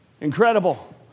Incredible